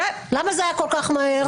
למה זה היה כל כך מהר?